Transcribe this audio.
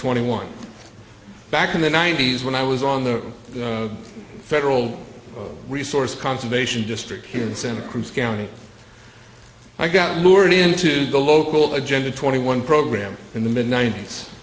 twenty one back in the ninety's when i was on the federal resource conservation district here in santa cruz county i got lured into the local agenda twenty one program in the mid ninet